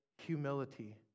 humility